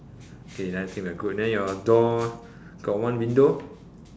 okay then I think we're good then your door got one window